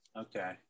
Okay